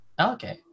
Okay